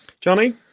Johnny